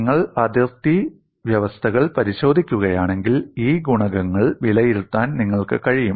നിങ്ങൾ അതിർത്തി വ്യവസ്ഥകൾ പരിശോധിക്കുകയാണെങ്കിൽ ഈ ഗുണകങ്ങൾ വിലയിരുത്താൻ നിങ്ങൾക്ക് കഴിയും